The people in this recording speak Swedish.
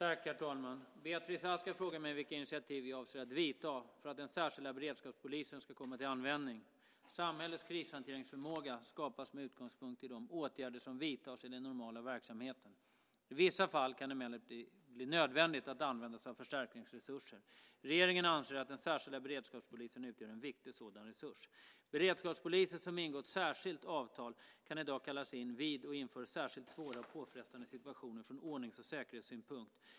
Herr talman! Beatrice Ask har frågat mig vilka initiativ jag avser att vidta för att den särskilda beredskapspolisen ska komma till användning. Samhällets krishanteringsförmåga skapas med utgångspunkt i de åtgärder som vidtas i den normala verksamheten. I vissa fall kan det emellertid bli nödvändigt att använda sig av förstärkningsresurser. Regeringen anser att den särskilda beredskapspolisen utgör en viktig sådan resurs. Beredskapspoliser som ingått särskilt avtal kan i dag kallas in vid och inför särskilt svåra och påfrestande situationer från ordnings och säkerhetssynpunkt.